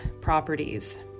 properties